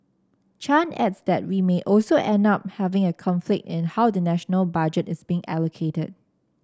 Chan adds that we may also end up having a conflict in how the national budget is being allocated